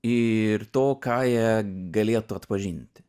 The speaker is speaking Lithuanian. ir to ką jie galėtų atpažinti